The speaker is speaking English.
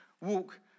walk